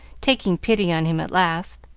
taking pity on him at last.